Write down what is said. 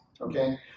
Okay